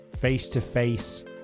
face-to-face